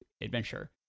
adventure